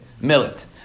millet